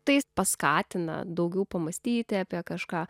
tai paskatina daugiau pamąstyti apie kažką